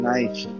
Nice